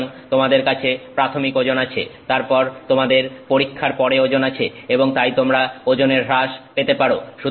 সুতরাং তোমাদের কাছে প্রাথমিক ওজন আছে তারপর তোমাদের পরীক্ষার পরে ওজন আছে এবং তাই তোমরা ওজনের হ্রাস পেতে পারো